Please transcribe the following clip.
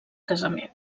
casament